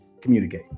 communicate